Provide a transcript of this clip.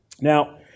Now